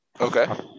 Okay